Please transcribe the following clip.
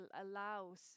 allows